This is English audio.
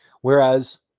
Whereas